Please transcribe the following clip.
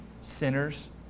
sinners